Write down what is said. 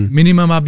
Minimum